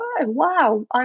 wow